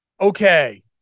okay